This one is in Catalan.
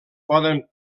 poden